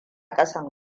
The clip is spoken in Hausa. kasan